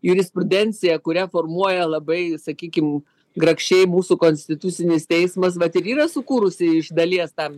jurisprudencija kurią formuoja labai sakykim grakščiai mūsų konstitucinis teismas bet ir yra sukūrusi iš dalies tam